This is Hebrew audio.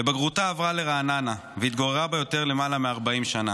בבגרותה עברה לרעננה והתגוררה ביותר למעלה מ-40 שנה.